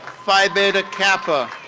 phi beta kappa.